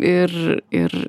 ir ir